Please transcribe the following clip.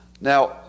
Now